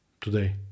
Today